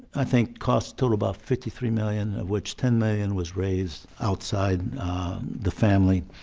i think, costs total about fifty three million, of which ten million was raised outside the family.